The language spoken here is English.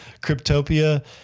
Cryptopia